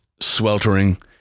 sweltering